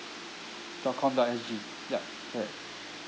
dot com dot S G yup correct